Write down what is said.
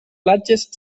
platges